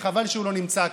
וחבל שהוא לא נמצא כאן.